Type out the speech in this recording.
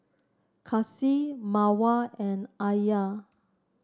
Kasih Mawar and Alya